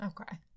Okay